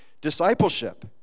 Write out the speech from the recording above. discipleship